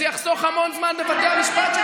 זה יחסוך המון זמן לבתי המשפט,